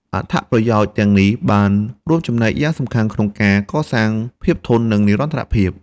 អត្ថប្រយោជន៍ទាំងនេះបានរួមចំណែកយ៉ាងសំខាន់ក្នុងការកសាងភាពធន់ និងនិរន្តរភាព។